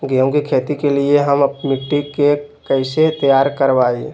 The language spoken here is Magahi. गेंहू की खेती के लिए हम मिट्टी के कैसे तैयार करवाई?